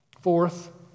Fourth